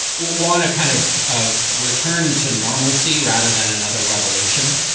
want to kind of ah return to normalcy rather than another revolution,